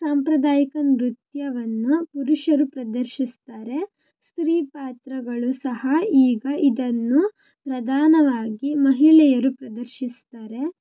ಸಾಂಪ್ರದಾಯಿಕ ನೃತ್ಯವನ್ನು ಪುರುಷರು ಪ್ರದರ್ಶಿಸ್ತಾರೆ ಸ್ತ್ರೀ ಪಾತ್ರಗಳು ಸಹ ಈಗ ಇದನ್ನು ಪ್ರಧಾನವಾಗಿ ಮಹಿಳೆಯರು ಪ್ರದರ್ಶಿಸ್ತಾರೆ